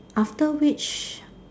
after which